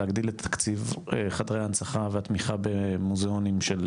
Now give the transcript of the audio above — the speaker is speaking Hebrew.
להגדיל את תקציב חדרי ההדרכה והתמיכה במוזיאונים של